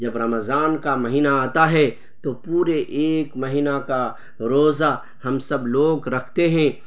جب رمضان کو مہینہ آتا ہے تو پورے ایک مہینہ کا روزہ ہم سب لوگ رکھتے ہیں